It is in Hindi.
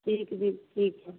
ठीक भी ठीक है